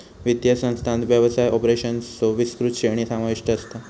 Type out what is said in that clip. वित्तीय संस्थांत व्यवसाय ऑपरेशन्सचो विस्तृत श्रेणी समाविष्ट असता